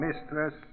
mistress